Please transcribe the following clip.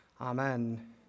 amen